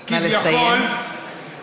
כביכול, נא לסיים.